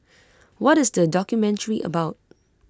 what is the documentary about